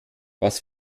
was